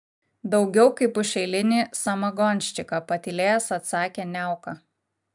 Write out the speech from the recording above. daugiau kaip už eilinį samagonščiką patylėjęs atsakė niauka